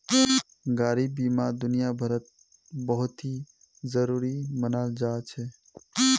गाडी बीमा दुनियाभरत बहुत ही जरूरी मनाल जा छे